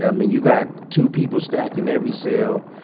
i mean, you got two people stacked in every cell.